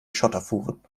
schotterfuhren